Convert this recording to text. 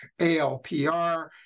ALPR